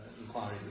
inquiry